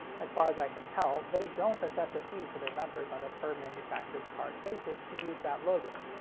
as far as i can tell, they don't assess a fee to their members on a per-manufactured-card basis to use that logo.